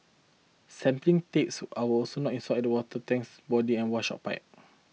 sampling taps are also not installed at the water tank's body and washout pipe